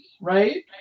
right